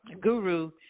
guru